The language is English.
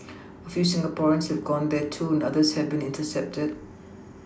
a few Singaporeans have gone there too and others have been intercepted